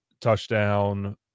Touchdown